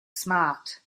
smart